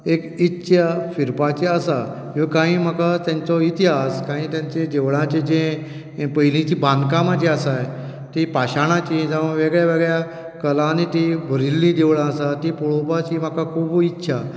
एक इच्छा फिरपाची आसा कांय म्हाका तांचो इतिहास कांय तांचें देवळांचें जें पयलींचें जीं बांदकामां जी आसा तीं पाशाणांचीं जावं वेगळ्या वेगळ्या कलांनीं तीं भरिल्लीं देवळां आसा ती पळोवपाची म्हाका खूब इत्सा